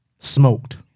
smoked